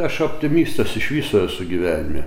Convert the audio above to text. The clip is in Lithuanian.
aš optimistas iš viso esu gyvenime